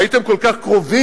הייתם כל כך קרובים,